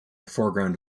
foreground